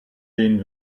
den